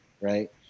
Right